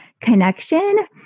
connection